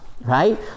right